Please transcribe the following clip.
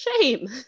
shame